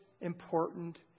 important